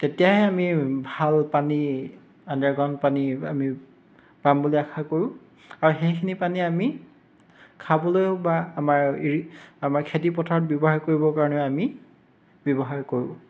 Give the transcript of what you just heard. তেতিয়াহে আমি ভাল পানী আণ্ডাৰগ্ৰাউণ্ড পানী আমি পাম বুলি আশা কৰোঁ আৰু সেইখিনি পানী আমি খাবলৈও বা আমাৰ এই আমাৰ খেতিপথাৰত ব্যৱহাৰ কৰিব কাৰণে আমি ব্যৱহাৰ কৰোঁ